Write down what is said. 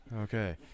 okay